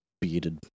bearded